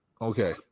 Okay